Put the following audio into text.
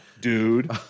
dude